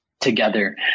together